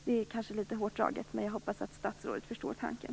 Det är kanske litet hårt draget. Men jag hoppas att statsrådet förstår tanken.